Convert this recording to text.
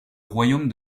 royaume